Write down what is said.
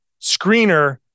screener